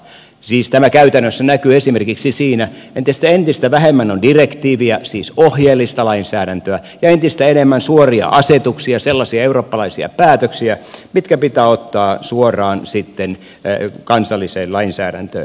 siis tämä käytännössä näkyy esimerkiksi siinä että entistä vähemmän on direktiiviä siis ohjeellista lainsäädäntöä ja entistä enemmän suoria asetuksia sellaisia eurooppalaisia päätöksiä mitkä pitää ottaa suoraan sitten kansalliseen lainsäädäntöön